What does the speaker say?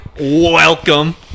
Welcome